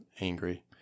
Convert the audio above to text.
angry